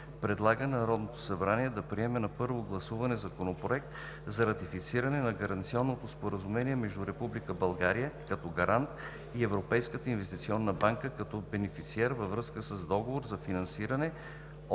предлага на Народното събрание да приеме на първо гласуване Законопроект за ратифициране на Гаранционното споразумение между Република България, като Гарант, и Европейската инвестиционна банка, като Бенефициер, във връзка с Договор за финансиране от